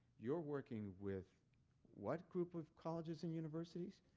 you're working with what group of colleges and universities?